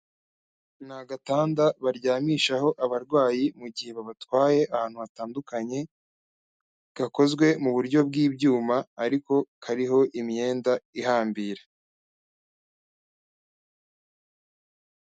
Ni agatanda baryamishaho abarwayi mu gihe babatwaye ahantu hatandukanye, gakozwe mu buryo bw'ibyuma ariko kariho imyenda ihambira.